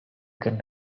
can